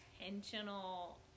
intentional